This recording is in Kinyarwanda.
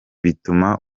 bituma